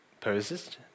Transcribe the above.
poses